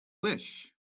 wish